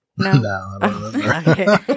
No